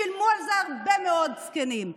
שילמו על זה הרבה מאוד זקנים.